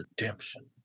Redemption